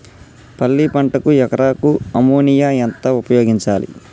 పల్లి పంటకు ఎకరాకు అమోనియా ఎంత ఉపయోగించాలి?